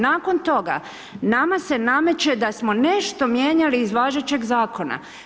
Nakon toga nama se nameće da smo nešto mijenjali iz važećeg zakona.